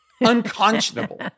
unconscionable